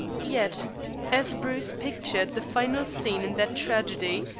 yet as bruce pictured the final scene in that tragedy,